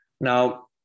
Now